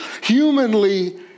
humanly